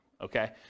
Okay